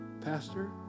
Pastor